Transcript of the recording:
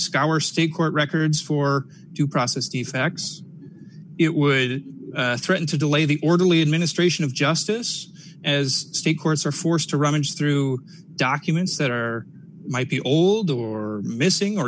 scour state court records for due process the facts it would threaten to delay the orderly administration of justice as state courts are forced to rummage through documents that are might be old or missing or